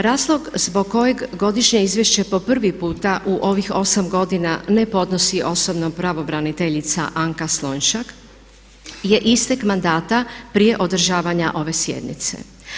Razlog zbog kojeg godišnje izvješće po prvi puta u ovih 8 godina ne podnosi osobno pravobraniteljica Anka Slonjšak je istek mandata prije održavanja ove sjednice.